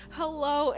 hello